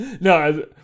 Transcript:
No